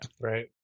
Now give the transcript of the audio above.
Right